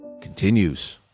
continues